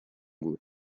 بود